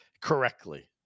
correctly